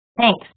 Thanks